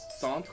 centre